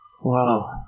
Wow